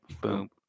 boom